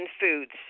foods